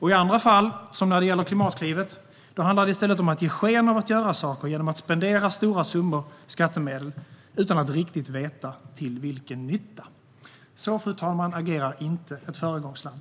I andra fall, som när det gäller Klimatklivet, handlar det i stället om att ge sken av att göra saker genom att spendera stora summor skattemedel utan att riktigt veta till vilken nytta. Så, fru talman, agerar inte ett föregångsland.